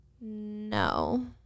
No